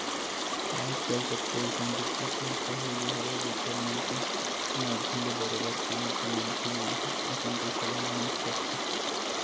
आजकल कतको अइसन बित्तीय संस्था होगे हवय जेखर मन के माधियम ले बरोबर कोनो भी मनखे मन ह अपन पइसा ल निवेस करथे